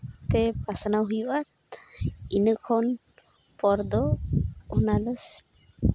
ᱛᱮ ᱯᱟᱥᱱᱟᱣ ᱦᱩᱭᱩᱜᱼᱟ ᱤᱱᱟᱹᱠᱷᱚᱱ ᱯᱚᱨ ᱫᱚ ᱚᱱᱟᱫᱚ